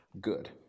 Good